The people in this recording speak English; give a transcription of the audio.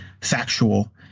factual